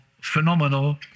phenomenal